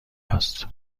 است